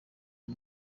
uyu